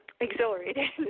exhilarated